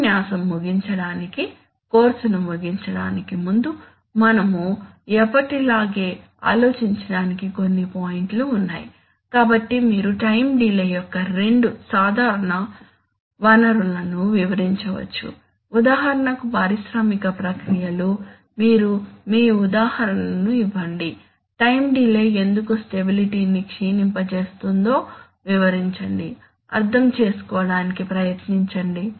ఉపన్యాసం ముగించడానికి కోర్సును ముగించడానికి ముందు మనము ఎప్పటిలాగే ఆలోచించటానికి కొన్ని పాయింట్లు ఉన్నాయి కాబట్టి మీరు టైం డిలే యొక్క రెండు సాధారణ వనరులను వివరించవచ్చు ఉదాహరణకు పారిశ్రామిక ప్రక్రియలు మీరు మీ ఉదాహరణను ఇవ్వండి టైం డిలే ఎందుకు స్టెబిలిటీ ని క్షీణింపజేస్తుందో వివరించండి అర్థం చేసుకోవడానికి ప్రయత్నించండి